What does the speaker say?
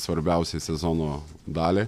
svarbiausiai sezono daliai